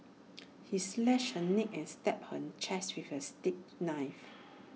he slashed her neck and stabbed her chest with A steak knife